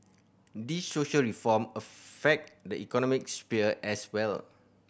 these social reform affect the economic sphere as well